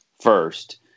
first